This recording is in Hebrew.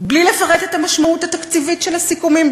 בלי לפרט את המשמעות התקציבית של הסיכומים,